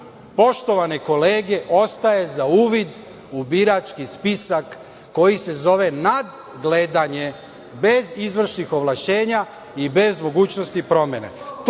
poštovane kolege, ostaje za uvid u birački spisak koji se zove – nadgledanje, bez izvršnih ovlašćenja i bez mogućnosti promene.